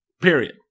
period